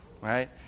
right